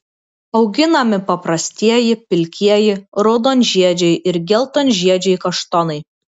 auginami paprastieji pilkieji raudonžiedžiai ir geltonžiedžiai kaštonai